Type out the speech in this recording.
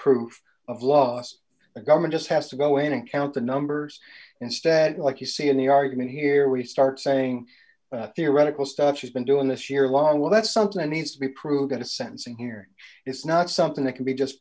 proof of loss the government just has to go in and count the numbers instead like you see in the argument here we start saying theoretical stuff has been doing this year long well that's something that needs to be proven to sentencing here is not something that can be just